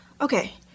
Okay